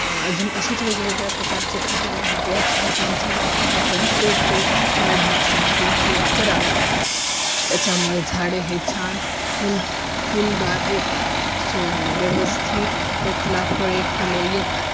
अजून असेच वेगवेगळ्या प्रकारचे खतं आहेत या खतांचा वापर आपण रोपे वाढण्यासाठी के करावा त्याच्यामुळे झाडे हे छान फुल फुलदार येतात सो व्यवस्थित त्यांला फळे फुले येतात